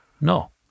No